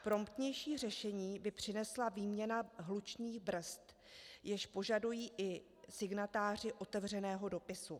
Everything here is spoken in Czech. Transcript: Promptnější řešení by přinesla výměna hlučných brzd, již požadují i signatáři otevřeného dopisu.